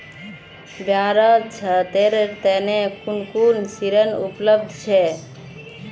बिहारत छात्रेर तने कुन कुन ऋण उपलब्ध छे